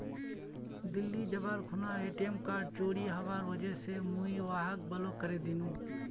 दिल्ली जबार खूना ATM card चोरी हबार वजह मुई वहाक ब्लॉक करे दिनु